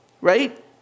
right